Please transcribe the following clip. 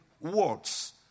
words